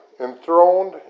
enthroned